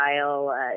style